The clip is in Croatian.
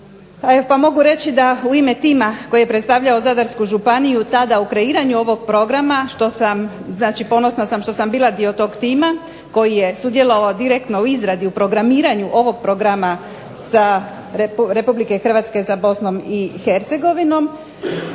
Pa mogu reći da ime tima koji je predstavljao zadarsku županiju tada u kreiranju ovog programa što sam, ponosna sam što sam bila dio toga tima koji je sudjelovao direktno u izradi, programiranju ovog programa Republike Hrvatske sa bosnom i Hercegovinom,